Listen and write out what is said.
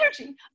energy